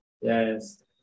Yes